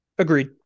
Agreed